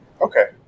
Okay